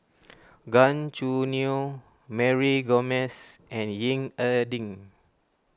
Gan Choo Neo Mary Gomes and Ying E Ding